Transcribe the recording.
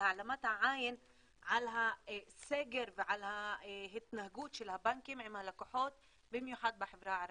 העלמת העין מהסגר ומההתנהגות של הבנקים עם הלקוחות במיוחד בחברה הערבית.